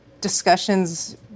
discussions